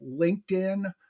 LinkedIn